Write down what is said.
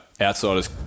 outsiders